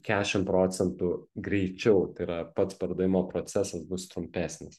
kešim procentų greičiau tai yra pats pardavimo procesas bus trumpesnis